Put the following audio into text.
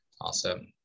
awesome